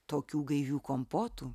tokių gaivių kompotų